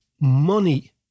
money